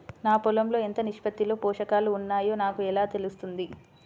నా పొలం లో ఎంత నిష్పత్తిలో పోషకాలు వున్నాయో నాకు ఎలా తెలుస్తుంది?